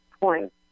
point